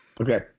Okay